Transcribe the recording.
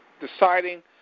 deciding